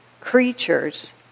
creatures